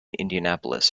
indianapolis